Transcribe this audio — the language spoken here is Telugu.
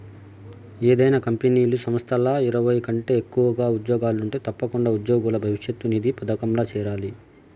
ఏదైనా కంపెనీలు, సంస్థల్ల ఇరవై కంటే ఎక్కువగా ఉజ్జోగులుంటే తప్పకుండా ఉజ్జోగుల భవిష్యతు నిధి పదకంల చేరాలి